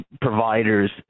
providers